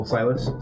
Silas